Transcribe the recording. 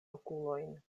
okulojn